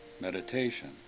meditation